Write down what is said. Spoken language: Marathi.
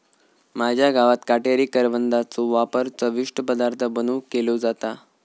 माझ्या गावात काटेरी करवंदाचो वापर चविष्ट पदार्थ बनवुक केलो जाता